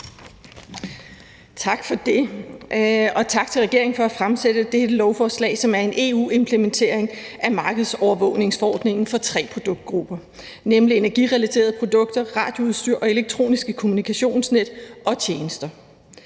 Tak for det, og tak til regeringen for at fremsætte dette lovforslag, som er en implementering af EU's markedsovervågningsforordning for tre produktgrupper, nemlig energirelaterede produkter, radioudstyr og elektroniske kommunikationsnet og -tjenester.